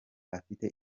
afite